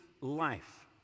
life